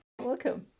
welcome